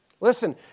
Listen